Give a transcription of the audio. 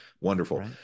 wonderful